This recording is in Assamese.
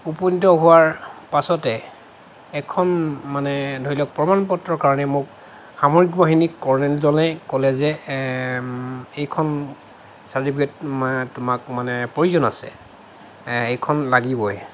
উপনীত হোৱাৰ পাছতে এখন মানে ধৰি লওক প্ৰমাণ পত্ৰৰ কাৰণে মোক সামৰিক বাহিনী কৰ্ণেলজনে ক'লে যে এইখন চাৰ্টিফিকেট তোমাক মানে প্ৰয়োজন আছে এইখন লাগিবই